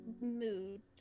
mood